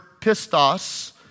pistos